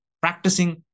practicing